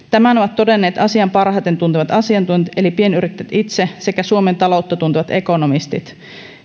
tämän ovat todenneet asian parhaiten tuntevat asiantuntijat eli pienyrittäjät itse sekä suomen taloutta tuntevat ekonomistit